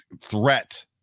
threat